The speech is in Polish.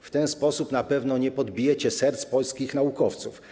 W ten sposób na pewno nie podbijecie serc polskich naukowców.